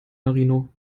marino